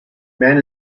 man